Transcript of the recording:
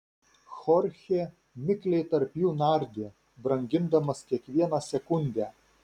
chorchė mikliai tarp jų nardė brangindamas kiekvieną sekundę